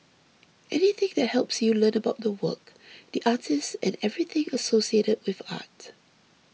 anything that helps you learn about the work the artist and everything associated with art